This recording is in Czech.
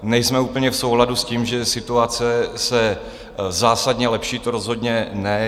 Nejsme úplně v souladu s tím, že situace se zásadně lepší, to rozhodně ne.